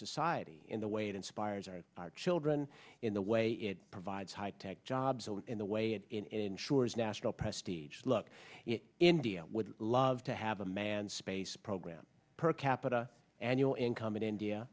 society in the way it inspires our children in the way it provides high tech jobs and in the way it ensures national prestige look india would love to have a manned space program per capita annual income in india